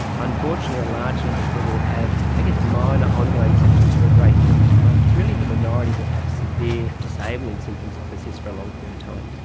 unfortunately a large number of people have i guess minor ongoing symptoms for a great deal of time. it's really the minority that have severe disabling symptoms that persist for a long period of time.